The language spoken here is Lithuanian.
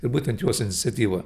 ir būtent jos iniciatyva